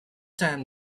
time